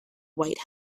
white